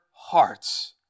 hearts